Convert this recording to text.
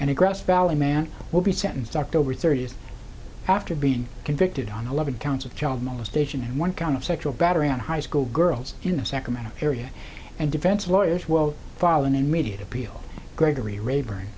and egressed valley man will be sentenced october thirtieth after being convicted on eleven counts of child molestation and one count of sexual battery on high school girls you know sacramento area and defense lawyers will fall an immediate appeal gregory rayburn